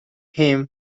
him